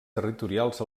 territorials